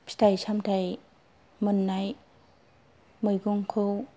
फिथाय समाथाय मोननाय मैगंखौ